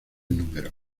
números